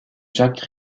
jacques